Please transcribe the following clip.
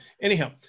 anyhow